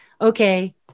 okay